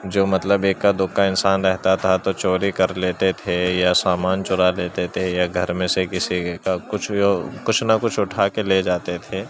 جو مطلب ایکا دوکا انسان رہتا تھا تو چوری کر لیتے تھے یا سامان چرا لیتے تھے یا گھر میں سے کسی کا کچھ بھی ہو کچھ نہ کچھ اٹھا کے لے جاتے تھے